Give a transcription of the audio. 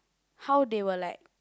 how they were like